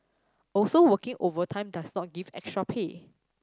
also working overtime does not give extra pay